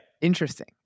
interesting